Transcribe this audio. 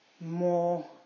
more